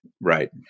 right